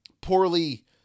poorly